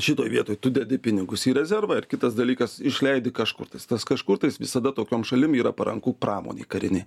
šitoj vietoj tu dedi pinigus į rezervą ir kitas dalykas išleidi kažkur tais tas kažkur tais visada tokiom šalim yra paranku pramonė karinė